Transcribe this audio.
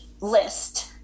list